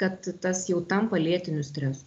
kad tas jau tampa lėtiniu stresu